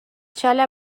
چاله